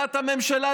בהחלטת הממשלה,